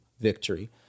victory